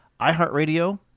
iHeartRadio